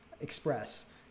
express